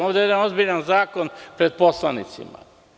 Ovde je jedan ozbiljan zakon pred poslanicima.